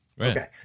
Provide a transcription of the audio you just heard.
okay